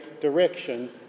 direction